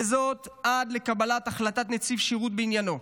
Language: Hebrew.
וזאת עד לקבלת החלטת נציב שירות בעניינו.